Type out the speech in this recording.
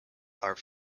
are